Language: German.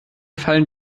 fallen